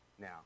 Now